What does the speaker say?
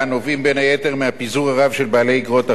הנובעים בין היתר מהפיזור הרב של בעלי איגרות החוב